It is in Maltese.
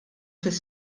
fis